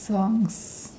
songs